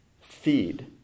feed